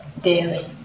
daily